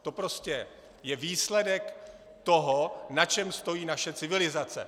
To je prostě výsledek toho, na čem stojí naše civilizace.